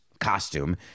costume